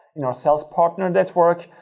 you know our sales partner network.